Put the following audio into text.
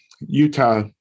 Utah